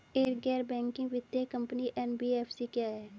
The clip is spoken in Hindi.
एक गैर बैंकिंग वित्तीय कंपनी एन.बी.एफ.सी क्या है?